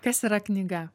kas yra knyga